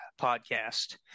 podcast